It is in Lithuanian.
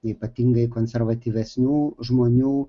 ypatingai konservatyvesnių žmonių